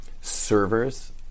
Servers